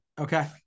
Okay